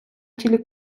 тілі